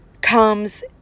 comes